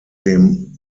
dem